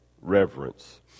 reverence